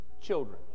children